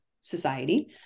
society